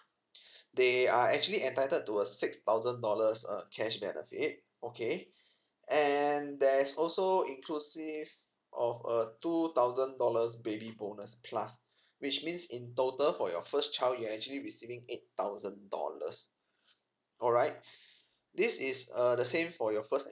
they are actually entitled to a six thousand dollars err cash benefit okay and there's also inclusive of a two thousand dollars baby bonus plus which means in total for your first child you actually receiving eight thousand dollars alright this is err the same for your first